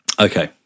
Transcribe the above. okay